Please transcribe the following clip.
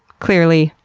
clearly,